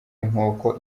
inkoko